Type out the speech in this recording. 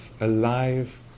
alive